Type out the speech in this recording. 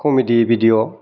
comedy video